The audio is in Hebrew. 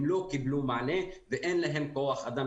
הם לא קיבלו מענה ואין להם כוח אדם.